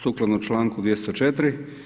Sukladno članku 204.